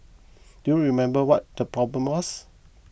do you remember what the problem was